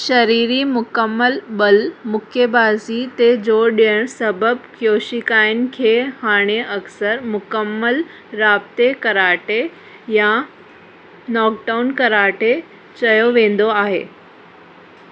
शरीरी मुकमल ब॒ल मुकेबाजी ते ज़ोर डि॒यणु सबबि कीयोशिकाइन खे हाणे अक्सर मुकमलु राब्ते कराटे या नॉकडाउन कराटे चयो वेंदो आहे